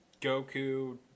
Goku